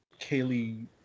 kaylee